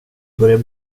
börjar